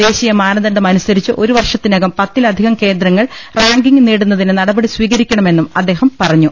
ദേശീയ മാനദണ്ഡമനുസരിച്ച് ഒരു വർഷത്തിനകം പത്തിലധികം കേന്ദ്രങ്ങൾ റാങ്കിംഗ് നേടുന്നതിന് നടപടി സ്വീകരിക്കണമെന്നും അദ്ദേഹം പറഞ്ഞു